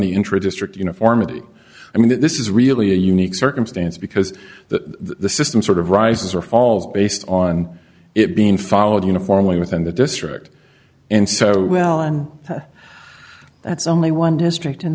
the introduced strict uniformity i mean that this is really a unique circumstance because that system sort of rises or falls based on it being followed uniformly within the district and so well and that's only one district and